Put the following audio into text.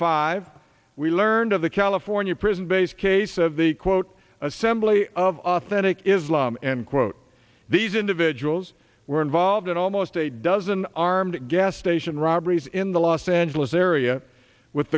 five we learned of the california prison based case of the quote assembly of authentic islam and quote these individuals were involved in almost a dozen armed gas station robberies in the los angeles area with